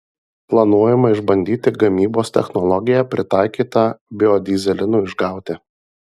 planuojama išbandyti gamybos technologiją pritaikytą biodyzelinui išgauti